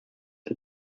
are